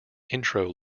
intro